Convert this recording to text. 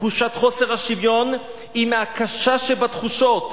תחושת חוסר השוויון היא מהקשה שבתחושות.